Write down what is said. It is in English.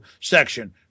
section